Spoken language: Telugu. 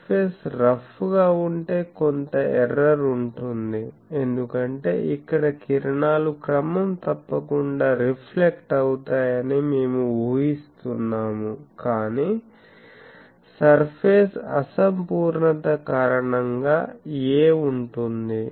సర్ఫేస్ రఫ్ గా ఉంటే కొంత ఎర్రర్ ఉంటుంది ఎందుకంటే ఇక్కడ కిరణాలు క్రమం తప్పకుండా రిఫ్లెక్ట్ అవుతాయని మేము ఊహిస్తున్నాము కాని సర్ఫేస్ అసంపూర్ణత కారణంగా a ఉంటుంది